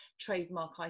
trademark